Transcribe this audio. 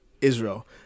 Israel